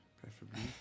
Preferably